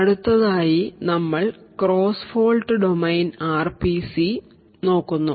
അടുത്തതായി നമ്മൾ cross fault domain RPC നോക്കുന്നു